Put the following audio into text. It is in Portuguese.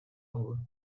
rua